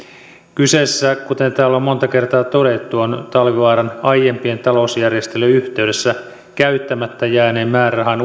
kyseessä on kuten täällä on monta kertaa jo todettu talvivaaran aiempien talousjärjestelyjen yhteydessä käyttämättä jääneen määrärahan